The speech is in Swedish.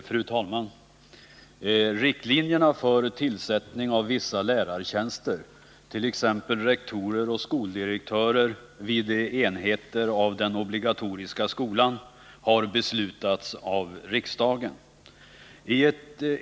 Fru talman! Riktlinjerna för tillsättning av vissa lärartjänster, t.ex. rektorer och skoldirektörer vid enheter inom den obligatoriska skolan, har beslutats av riksdagen.